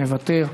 מוותר,